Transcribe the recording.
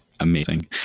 amazing